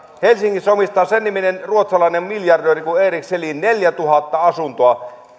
että helsingissä omistaa sen niminen ruotsalainen miljardööri kuin erik selin neljätuhatta asuntoa